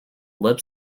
lip